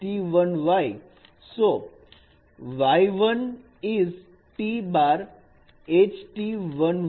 So y is T HT 1 y